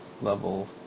level